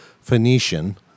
Phoenician